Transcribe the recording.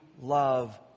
love